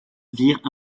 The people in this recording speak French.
virent